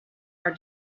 are